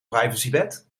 privacywet